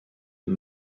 the